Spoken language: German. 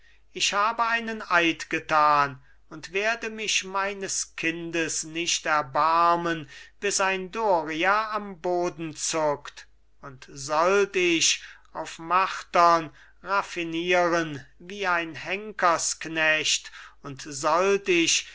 ich hab einen eid getan und werde mich meines kindes nicht erbarmen bis ein doria am boden zuckt und sollt ich auf martern raffinieren wie ein henkersknecht und sollt ich